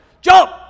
jump